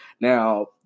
Now